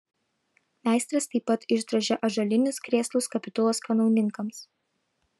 meistras taip pat išdrožė ąžuolinius krėslus kapitulos kanauninkams